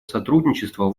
сотрудничество